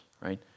right